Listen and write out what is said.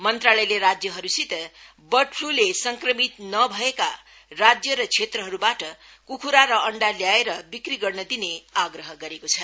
मन्त्रालयले राज्यहरूसित बर्ड फ्लूले संक्रमित नभएका राज्य र क्षेत्रहरुबाट कुखुरा र अण्डा ल्याए बिक्री गर्न आग्रह गरेको छ